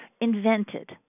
invented